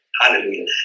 Hallelujah